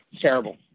terrible